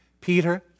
Peter